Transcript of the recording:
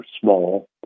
small